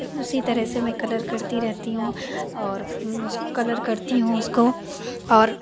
फ़िर उसी तरह से मैं कलर करती रहती हूँ और उस कलर करती हूँ उसको और